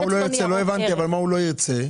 לא הבנתי מה הוא לא ירצה.